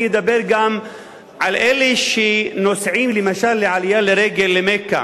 אני אדבר גם על אלה שנוסעים למשל לעלייה לרגל למכה,